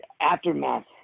aftermath